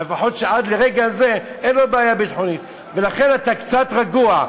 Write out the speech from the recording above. אבל לפחות עד לרגע זה אין לו בעיה ביטחונית ולכן אתה קצת רגוע.